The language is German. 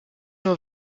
nur